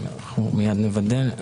מיד נוודא.